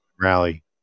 rally